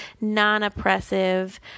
non-oppressive